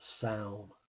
sound